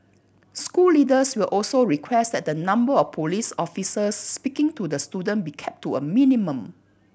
school leaders will also request that the number of police officers speaking to the student be kept to a minimum